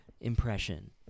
impression